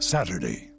Saturday